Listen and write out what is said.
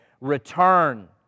Return